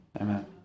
Amen